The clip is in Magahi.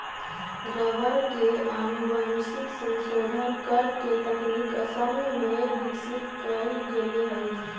रबर के आनुवंशिक संशोधन करे के तकनीक असम में विकसित कैल गेले हई